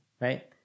right